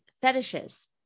fetishes